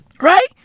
Right